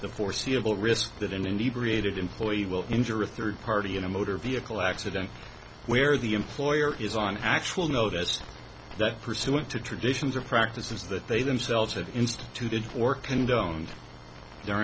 the foreseeable risk that indeed related employee will injure a third party in a motor vehicle accident where the employer is on actual notice that pursuant to traditions or practices that they themselves have instituted or condoned their